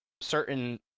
certain